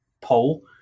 poll